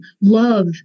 love